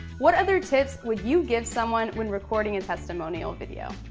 what other tips would you give someone when recording a testimonial video?